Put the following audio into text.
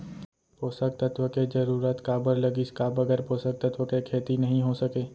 पोसक तत्व के जरूरत काबर लगिस, का बगैर पोसक तत्व के खेती नही हो सके?